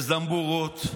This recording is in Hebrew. יש זמבורות,